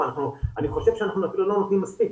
אני חושב שאנחנו אפילו לא נותנים מספיק.